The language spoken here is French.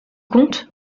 compte